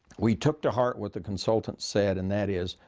we took to heart what the consultant said, and that is,